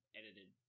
edited